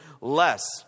less